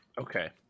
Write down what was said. Okay